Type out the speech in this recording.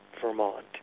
Vermont